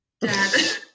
Dad